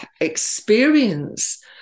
experience